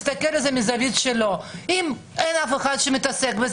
יוליה מלינובסקי (יו"ר ועדת מיזמי תשתית לאומיים